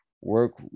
work